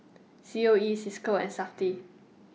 C O E CISCO and Safti